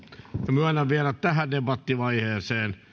myönnän vielä tähän debattivaiheeseen